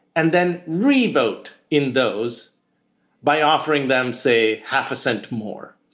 and then revote in those by offering them, say, half a cent more.